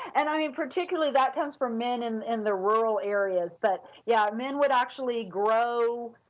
and i in particularly that comes from men and in the rural areas. but yeah men would actually grow